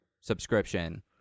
subscription